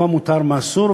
מה מותר ומה אסור,